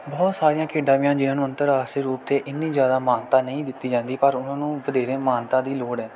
ਬਹੁਤ ਸਾਰੀਆਂ ਖੇਡਾਂ ਵੀ ਹਨ ਜਿਨ੍ਹਾਂ ਨੂੰ ਅੰਤਰਰਾਸ਼ਟਰੀ ਰੂਪ 'ਤੇ ਇੰਨੀ ਜ਼ਿਆਦਾ ਮਾਨਤਾ ਨਹੀਂ ਦਿੱਤੀ ਜਾਂਦੀ ਪਰ ਉਹਨਾਂ ਨੂੰ ਵਧੇਰੇ ਮਾਨਤਾ ਦੀ ਲੋੜ ਹੈ